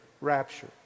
rapture